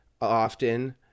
often